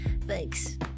Thanks